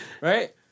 Right